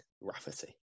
Rafferty